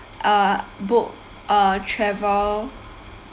uh book a travel